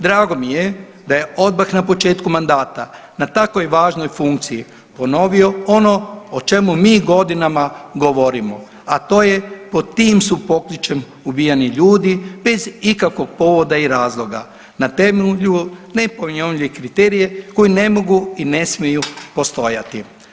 Drago mi je da je odmah na početku mandata na tako važnoj funkciji ponovio ono o čemu mi godinama govorimo, a to je pod tim su pokličem ubijani ljudi bez ikakvog povoda i razloga na temelju neponovljivih kriterija koji ne mogu i ne smiju postojati.